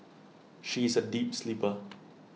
she is A deep sleeper